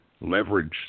leverage